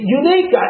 unique